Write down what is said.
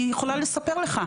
היא יכולה לספר לך.